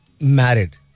married